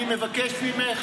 אני מבקש ממך,